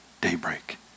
daybreak